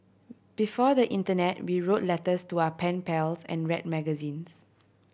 before the internet we wrote letters to our pen pals and read magazines